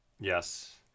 Yes